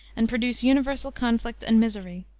and produce universal conflict and misery.